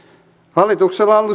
hallituksella on